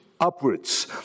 upwards